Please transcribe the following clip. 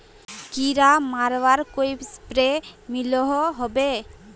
कीड़ा मरवार कोई स्प्रे मिलोहो होबे?